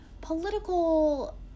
political